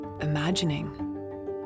imagining